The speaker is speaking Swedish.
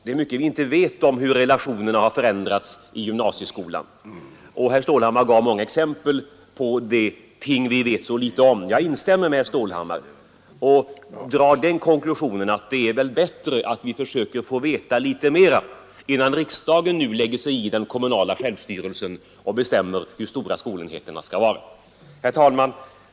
Det är mycket som vi inte vet om hur relationerna har förändrats i gymnasieskolan. Herr Stålhammar gav många exempel på företeelser vi vet alltför litet om. Jag instämmer med herr Stålhammar och drar den konklusionen, att det är bättre att vi försöker få veta litet mera innan riksdagen lägger sig i den kommunala självstyrelsen och bestämmer hur stora skolenheterna skall vara. Herr talman!